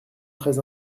très